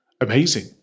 amazing